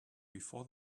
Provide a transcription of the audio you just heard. before